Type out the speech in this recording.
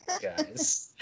guys